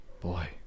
boy